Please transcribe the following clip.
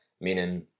meaning